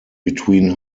between